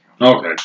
Okay